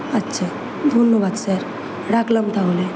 আাচ্ছা ধন্যবাদ স্যার রাখলাম তাহলে